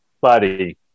buddy